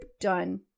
Done